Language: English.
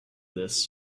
this